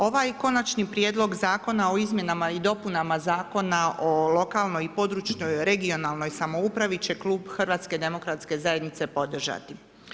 Ovaj Konačni prijedlog Zakona o izmjenama i dopunama Zakona o lokalnoj i područnoj, regionalnoj samoupravi će Klub HDZ-a podržati.